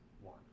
one